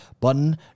button